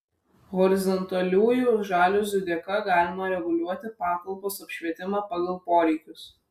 horizontaliųjų žaliuzių dėka galima reguliuoti patalpos apšvietimą pagal poreikius